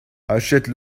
achète